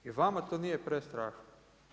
I vama to nije prestrašno?